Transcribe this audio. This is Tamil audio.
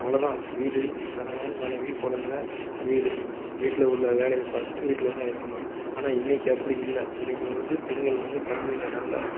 அவ்வளோ தான் வீடு கணவன் மனைவி குழந்த வீடு வீட்டில் உள்ள வேலையை பார்த்துட்டு வீட்டில் தான் இருக்கணும் ஆனால் இன்னைக்கு அப்படி இல்லை இன்னைக்கு வந்து பெண்கள் வந்து கல்வியில நல்ல